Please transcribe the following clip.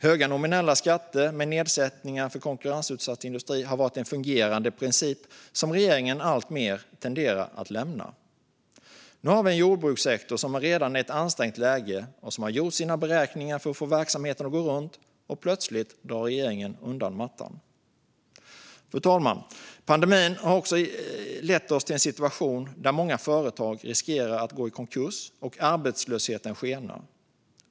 Höga nominella skatter med nedsättningar för konkurrensutsatt industri har varit en fungerande princip, som regeringen alltmer tenderar att lämna. Nu har vi en jordbrukssektor som redan är i ett ansträngt läge och som har gjort sina beräkningar för att få verksamheten att gå runt. Och plötsligt drar regeringen undan mattan. Fru talman! Pandemin har också lett oss till en situation där många företag riskerar att gå i konkurs och arbetslösheten skenar.